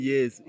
Yes